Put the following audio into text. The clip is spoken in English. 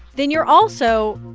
then you're also,